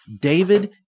David